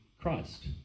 Christ